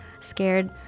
scared